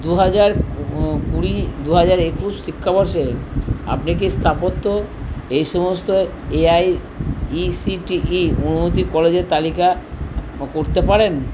দু হাজার কুড়ি দু হাজার একুশ শিক্ষাবর্ষে আপনি কি স্থাপত্য এই সমস্ত A I C T E অনুমোদিত কলেজের তালিকা করতে পারেন